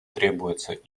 требуется